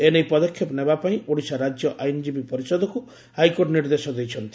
ଏ ନେଇ ପଦକ୍ଷେପ ନେବା ପାଇଁ ଓଡ଼ିଶା ରାକ୍ୟ ଆଇନ୍ଜୀବୀ ପରିଷଦକୁ ହାଇକୋର୍ଟ ନିର୍ଦ୍ଦେଶ ଦେଇଛନ୍ତି